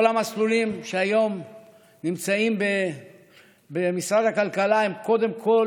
כל המסלולים שהיום נמצאים במשרד הכלכלה הם קודם כול